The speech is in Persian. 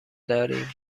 داریم